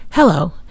Hello